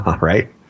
right